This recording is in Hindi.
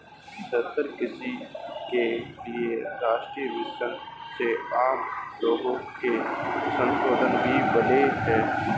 सतत कृषि के लिए राष्ट्रीय मिशन से आम लोगो के संसाधन भी बढ़े है